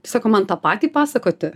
sako man tą patį pasakoti